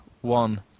one